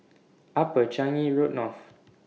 Upper Changi Road North